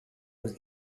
was